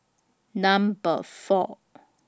Number four